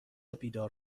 بیدار